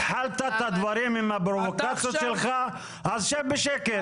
התחלת את הדברים עם הפרובוקציות שלך, אז שב בשקט.